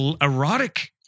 Erotic